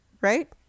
right